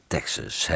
Texas